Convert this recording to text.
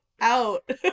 out